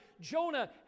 Jonah